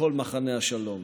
לכל מחנה השלום,